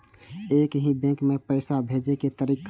एक ही बैंक मे पैसा भेजे के तरीका?